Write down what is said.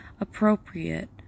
appropriate